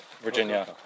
Virginia